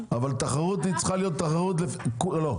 לא.